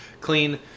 clean